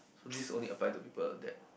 so this only apply to people that